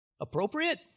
Appropriate